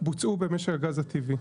שבוצעו במשק הגז הטבעי.